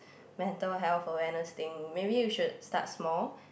mental health awareness thing maybe you should start small